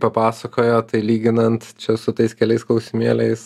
papasakojo tai lyginant su tais keliais klausimėliais